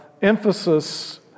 emphasis